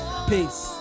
Peace